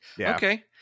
Okay